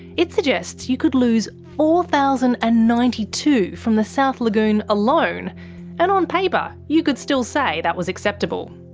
it suggests you could lose four thousand and ninety two from the south lagoon alone and on paper you could still say that was acceptable.